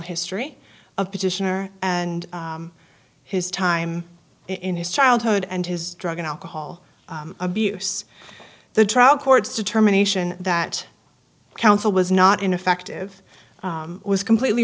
history of petitioner and his time in his childhood and his drug and alcohol abuse the trial court's determination that counsel was not ineffective was completely